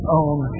own